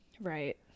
Right